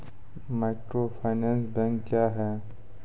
Microfinance bank क्या हैं?